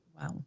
Wow